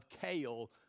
kale